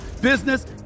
business